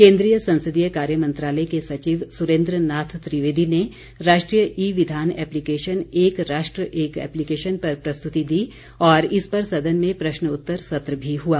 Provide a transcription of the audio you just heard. केन्द्रीय संसदीय कार्य मंत्रालय के सचिव सुरेन्द्र नाथ त्रिवेदी ने राष्ट्रीय ई विधान एप्लीकेशन एक राष्ट्र एक एप्लीकेशन पर प्रस्तुती दी और इस पर सदन में प्रश्न उत्तर सत्र भी हुआ